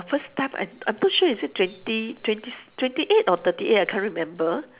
first time I I'm not sure is it twenty twenty s~ twenty eight or thirty eight I can't remember